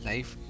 Life